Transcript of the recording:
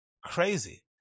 Crazy